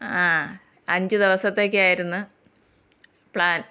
അഞ്ചു ദിവസത്തേക്ക് ആയിരുന്നു പ്ലാന്